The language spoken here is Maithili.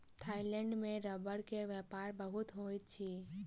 थाईलैंड में रबड़ के व्यापार बहुत होइत अछि